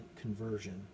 conversion